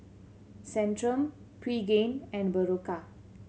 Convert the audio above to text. Centrum Pregain and Berocca